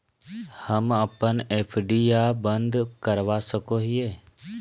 हम अप्पन एफ.डी आ बंद करवा सको हियै